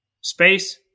space